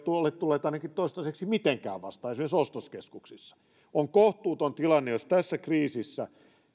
ole tulleet ainakaan toistaiseksi mitenkään vastaan esimerkiksi ostoskeskuksissa on kohtuuton tilanne jos tässä kriisissä